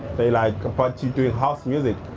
they like, but you doing house music.